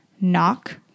Knock